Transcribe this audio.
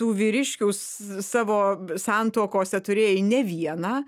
tų vyriškių savo santuokose turėjai ne vieną